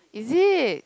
is it